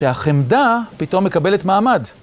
והחמדה פתאום מקבלת מעמד.